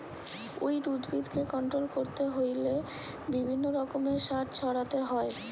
weed উদ্ভিদকে control করতে হইলে বিভিন্ন রকমের সার ছড়াতে হয়